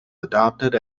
adopted